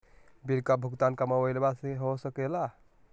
Bill का भुगतान का मोबाइलवा से हो सके ला?